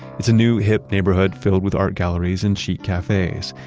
it's a new hip neighborhood filled with art galleries and chic cafes.